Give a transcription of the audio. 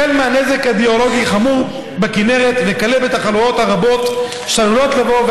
החל מנזק הידרולוגי חמור בכינרת וכלה בתחלואות הרבות שעלולות לבוא,